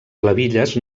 clavilles